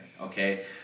okay